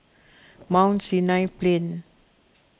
Mount Sinai Plain